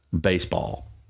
Baseball